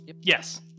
Yes